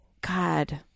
God